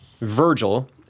Virgil